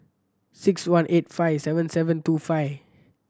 six one eight five seven seven two five